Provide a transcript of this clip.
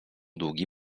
długi